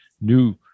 new